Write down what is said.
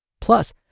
Plus